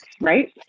right